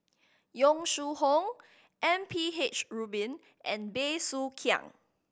Yong Shu Hoong M P H Rubin and Bey Soo Khiang